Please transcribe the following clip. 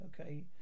okay